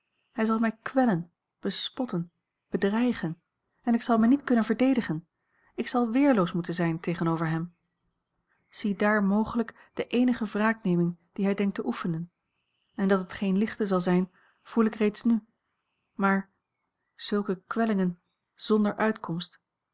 hij zal mij kwellen bespotten bedreigen en ik zal mij niet kunnen verdedigen ik zal weerloos moeten zijn tegenover hem ziedaar mogelijk de eenige wraakneming die hij denkt te oefenen en dat het geene lichte zal zijn voel a l g bosboom-toussaint langs een omweg ik reeds nu maar zulke kwellingen zonder uitkomst